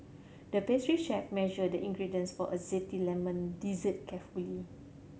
the pastry chef measured the ingredients for a zesty lemon dessert carefully